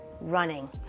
running